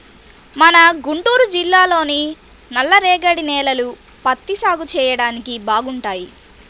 మన గుంటూరు జిల్లాలోని నల్లరేగడి నేలలు పత్తి సాగు చెయ్యడానికి బాగుంటాయి